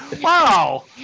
Wow